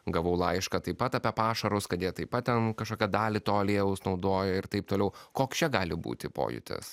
gavau laišką taip pat apie pašarus kad jie taip pat ten kažkokią dalį to aliejaus naudoja ir taip toliau koks čia gali būti pojūtis